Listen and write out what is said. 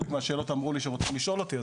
חלק מהשאלות אומרים שרוצים לשאול אותי.